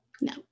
no